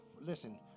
Listen